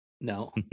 No